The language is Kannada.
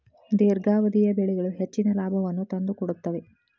ದೇರ್ಘಾವಧಿಯ ಬೆಳೆಗಳು ಹೆಚ್ಚಿನ ಲಾಭವನ್ನು ತಂದುಕೊಡುತ್ತವೆ